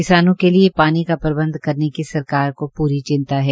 किसानों के लिए पानी का प्रबंध करने की सरकार को पूरी चिंता है